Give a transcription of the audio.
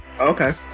Okay